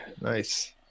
Nice